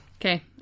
Okay